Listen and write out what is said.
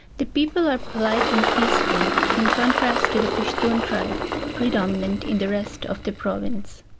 the people are polite and peaceful in contrast to the pashtun tribe predominant in the rest of the province.